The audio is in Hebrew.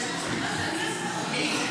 את תיכנסי להצבעה, כי את מפריעה.